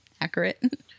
Accurate